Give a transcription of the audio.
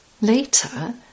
Later